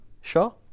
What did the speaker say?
Sure